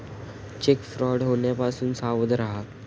check fraud होण्यापासून सावध रहा